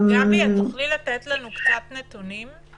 תוכלי לתת לנו קצת נתונים?